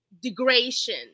degradation